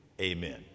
amen